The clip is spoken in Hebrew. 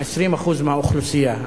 20% מהאוכלוסייה,